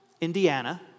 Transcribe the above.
Indiana